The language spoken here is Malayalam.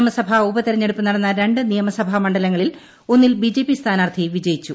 നിയമസഭ ഉപതെരഞ്ഞെടുപ്പ് നടന്ന രണ്ട് നിയമസഭ മണ്ഡലങ്ങളിൽ ഒന്നിൽ ബി ജെ ്പി സ്ഥാനാർത്ഥി വിജയിച്ചു